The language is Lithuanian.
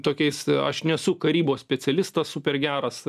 tokiais aš nesu karybos specialistas super geras